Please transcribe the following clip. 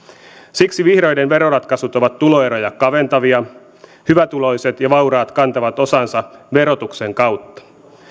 siksi vihreiden veroratkaisut ovat tuloeroja kaventavia hyvätuloiset ja vauraat kantavat osansa verotuksen kautta